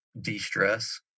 de-stress